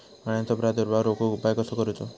अळ्यांचो प्रादुर्भाव रोखुक उपाय कसो करूचो?